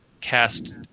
cast